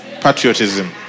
patriotism